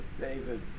David